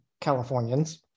Californians